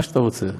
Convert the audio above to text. מה שאתה רוצה.